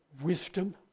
wisdom